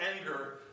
anger